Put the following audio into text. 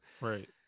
right